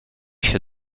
się